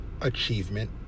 achievement